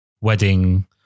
wedding